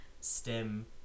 STEM